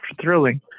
thrilling